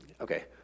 okay